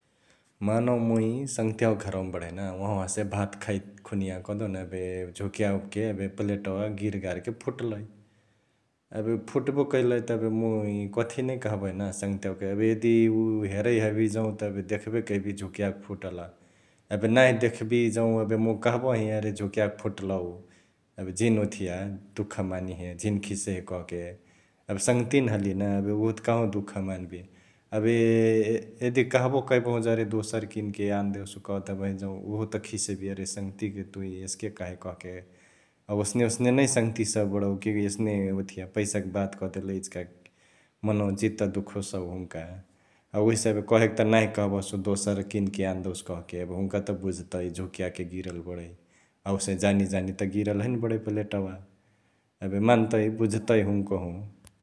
मानौ मुइ सङ्ह्तियावा क घरवा बडही ना उहवा हसे भात खाइकखुनिया कहदेउन एबे झुक्याकके एबे प्लेटवा गिरगारके फुट्लई । एबे फुट्बो कैलई त एबे मुइ कथी नै कह्बही ना सङ्ह्तियावाके एबे यदी उ हेरै हबिय जौं त देखबे कैबिहे झुक्याके फुटल । एबे नाँही देख्बिय जौं एबे मुइ कह्बही अरे झुक्याके फुटलउ एबे झिन ओथिया दुख मानिहे झिन खिसैहे कहके एबे सङ्ह्तिया न हलिय ना एबे उहो त कहवा दुख मन्बिय । एबे यदी कहबो कैबहु जौं अरे दोसर किनके यान देउसु कहदेबही जौं उहो त खिसेबिय अरे सङ्ह्तियाके तुइ एसके कहई कहके अ ओसने ओसने नै सङ्ह्तिया सभ बडौ कि एसने ओथिया पैसा क बात क देले इचिका मनवा चित्त दुखोसउ हुन्का उहेसे एबे कहेके त नाही कहबसु दोसर किन्के यान देबसु कह्के एबे हुन्का त बुझ्तई, झुक्याके गिरल बडै अ ओसही जानी जानी त गिरल हैने बडै प्लेटवा । एबे मन्तई बुझतई हुन्कहु ।